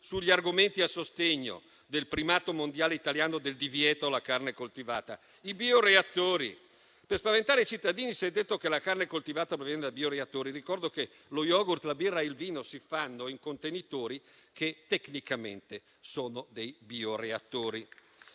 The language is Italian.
sugli argomenti a sostegno del primato mondiale italiano del divieto alla carne coltivata: i bioreattori. Per spaventare i cittadini si è detto che la carne coltivata proviene da bioreattori. Ricordo che lo yogurt, la birra e il vino si fanno in contenitori che tecnicamente sono dei bioreattori.